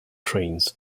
trains